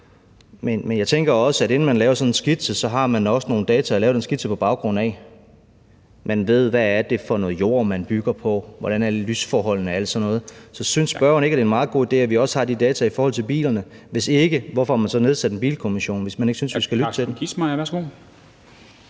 men jeg tænker også, at inden man laver en sådan skitse, har man nogle data at lave den skitse på baggrund af. Man ved, hvad det er for noget jord, man bygger på, hvordan lysforholdene er og alt sådan noget. Så synes spørgeren ikke, at det er en meget god idé, at vi også har de data, når det gælder bilerne? Hvorfor har man nedsat Bilkommissionen, hvis man ikke synes, vi skal lytte til dem?